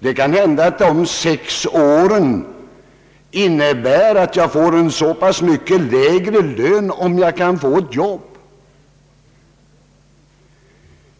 Det kan hända att de sex åren innebär att man får en mycket lägre lön, om man över huvud taget får ett jobb.